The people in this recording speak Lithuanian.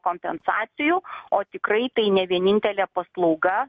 kompensacijų o tikrai tai ne vienintelė paslauga